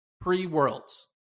pre-Worlds